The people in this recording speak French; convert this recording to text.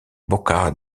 boca